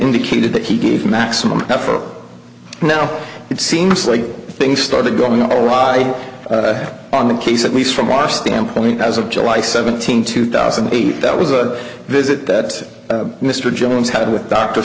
indicated that he gave maximum effort now it seems like things started going on or why on the case at least from our standpoint as of july seventeenth two thousand and eight that was a visit that mr jones had with d